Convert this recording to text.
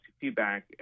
feedback